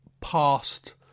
past